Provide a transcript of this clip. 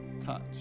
touch